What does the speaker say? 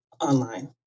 online